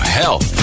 health